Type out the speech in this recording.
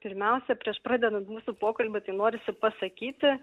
pirmiausia prieš pradedant mūsų pokalbį tai norisi pasakyti